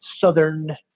Southern